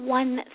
one